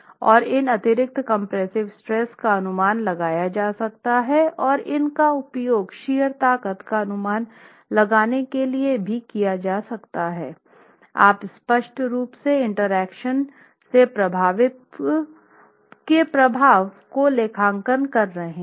और इन अतिरिक्त कंप्रेसिव स्ट्रेस का अनुमान लगाया जा सकता है और इनका उपयोग शियर ताकत का अनुमान लगाने के लिए भी किया जा सकता है आप स्पष्ट रूप से इंटरैक्शन के प्रभाव को लेखांकन कर रहे हैं